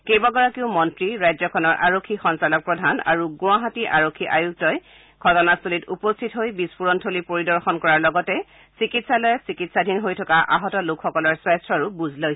কেইবাগৰাকী মন্ত্ৰী ৰাজ্যখনৰ আৰক্ষী সঞ্চালক প্ৰধান আৰু গুৱাহাটী আৰক্ষী আয়ুক্তই ঘটনাস্থলীত উপস্থিত হৈ বিস্ফোৰণথলী পৰিদৰ্শন কৰাৰ লগতে চিকিৎসালয়ত চিকিৎসাধীন হৈ থকা আহত লোকসকলৰ স্বাস্থ্যৰো বুজ লয়